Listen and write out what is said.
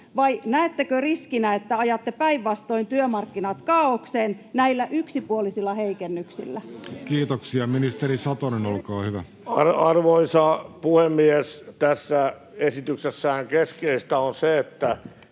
Vai näettekö riskinä, että ajatte päinvastoin työmarkkinat kaaokseen näillä yksipuolisilla heikennyksillä? Kiitoksia. — Ministeri Satonen, olkaa hyvä. Arvoisa puhemies! Tässä esityksessähän keskeistä on se, että